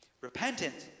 Repentance